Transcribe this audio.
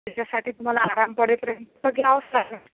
त्याच्यासाठी तुम्हाला आराम पडेपर्यंत तर घ्यावंच लागेल